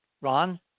Ron